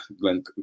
Glenn